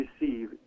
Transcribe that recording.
receive